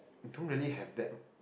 don't really have that